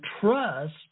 trust